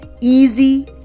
easy